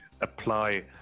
apply